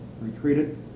retreated